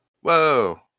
whoa